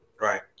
Right